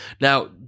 Now